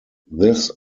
this